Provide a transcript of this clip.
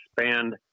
expand